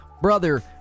brother